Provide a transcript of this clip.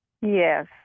Yes